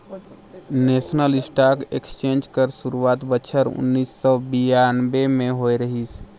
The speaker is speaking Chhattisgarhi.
नेसनल स्टॉक एक्सचेंज कर सुरवात बछर उन्नीस सव बियानबें में होए रहिस